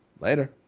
Later